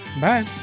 bye